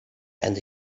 and